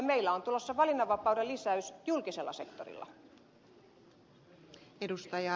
meillä on tulossa valinnanvapauden lisäys julkisella sektorilla